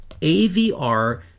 AVR